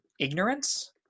Ignorance